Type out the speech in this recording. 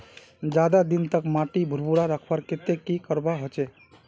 ज्यादा दिन तक माटी भुर्भुरा रखवार केते की करवा होचए?